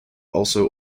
also